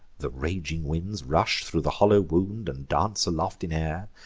the raging winds rush thro' the hollow wound, and dance aloft in air,